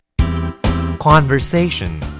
Conversation